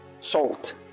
salt